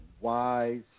Wise